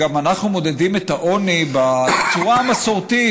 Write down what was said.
שאנחנו מודדים את העוני בצורה המסורתית,